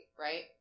right